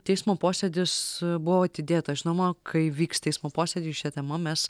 teismo posėdis buvo atidėtas žinoma kai vyks teismo posėdis šia tema mes